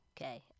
Okay